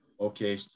Okay